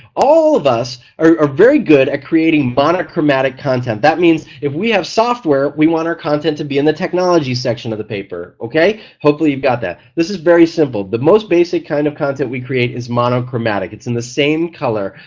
all of us are very good at creating monochromatic content, it means if we have software we want our content to be in the technology section of the paper. hopefully you've got that, this is very simple. the most basic kind of content we create is monochromatic, it's in the same color,